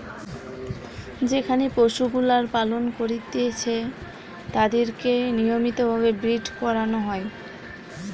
যেখানে পশুগুলার পালন করতিছে তাদিরকে নিয়মিত ভাবে ব্রীড করানো হয়